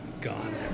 gone